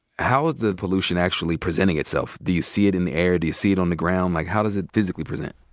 how is the pollution actually presenting itself? do you see it in the air? do you see it on the ground? like, how does it physically present?